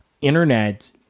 internet